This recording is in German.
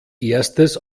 erstes